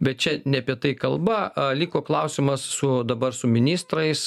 bet čia ne apie tai kalba liko klausimas su dabar su ministrais